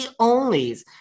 onlys